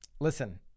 Listen